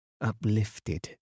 uplifted